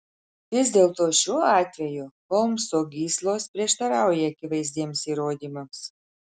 vis dėlto šiuo atveju holmso gyslos prieštarauja akivaizdiems įrodymams